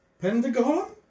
Pentagon